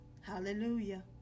Hallelujah